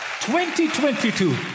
2022